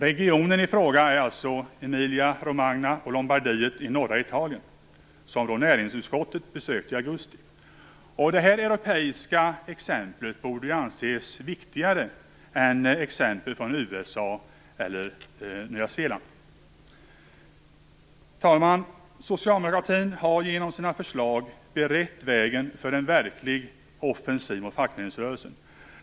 Regionen i fråga är alltså Emilia, Romagna och Lombardiet i norra Italien, som näringsutskottet besökte i augusti. Det här europeiska exemplet borde ju anses viktigare än exempel från USA eller Nya Zeeland. Fru talman! Socialdemokratin har genom sina förslag berett vägen för en verklig offensiv mot fackföreningsrörelsen.